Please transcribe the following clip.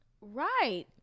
Right